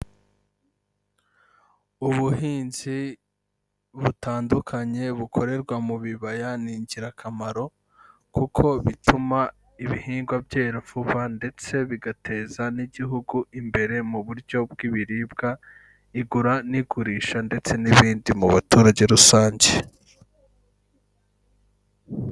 Ubuhinzi butandukanye bukorerwa mu bibaya ni ingirakamaro, kuko bituma ibihingwa byera vuba ndetse bigateza n'igihugu imbere mu buryo bw'ibiribwa, igura n'igurisha ndetse n'ibindi mu baturage rusange.